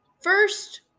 First